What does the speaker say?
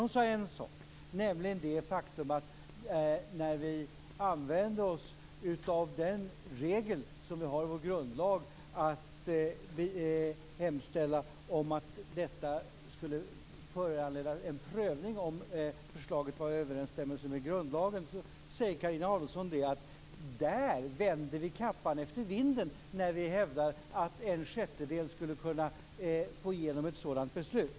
Hon sade en sak, nämligen att när vi använde oss av en regel i vår grundlag, att hemställa om att detta skulle föranleda en prövning om förslaget var i överensstämmelse med grundlagen, innebär det att vi vänder kappan efter vinden när vi hävdar att en sjättedel skulle kunna få igenom ett sådant beslut.